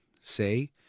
say